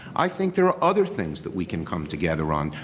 i think there are other things that we can come together on.